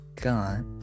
god